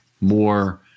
more –